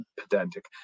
pedantic